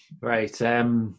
Right